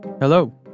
Hello